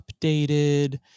updated